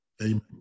Amen